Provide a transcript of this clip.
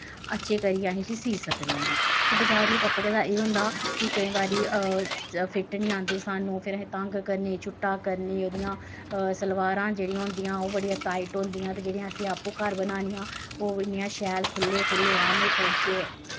अच्छे करियै अस उसी सीऽ सकने आं ते बज़ारू कपड़े दा एह् होंदा कि केंई बारी फिट्ट निं आंदे सानूं फ्ही केंई बारी फिट्ट निं आंदे स्हानू फिर असें तंग करने शुट्टे करने ओह्दियां सलवारां जेह्ड़ियां होंदियां ओह् बड़ियां टाईट होंदियां ते जेह्ड़ियां असें आपूं घर बनानियां ओह् इन्नियां शैल खु'ल्ले खु'ल्ले ऐह्में पोंचे